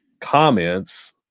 comments